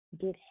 get